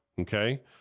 Okay